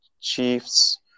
Chiefs